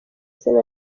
izina